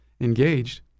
engaged